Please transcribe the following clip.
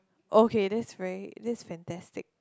okay that's very this is fantastic